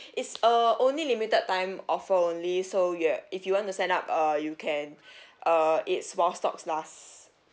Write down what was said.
it's uh only limited time offer only so ya if you want to sign up uh you can uh it's while stocks last